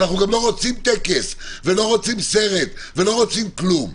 ואנחנו גם לא רוצים טקס ולא רוצים סרט ולא רוצים כלום.